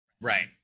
Right